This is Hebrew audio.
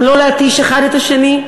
לא להתיש אחד את השני.